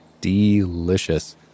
delicious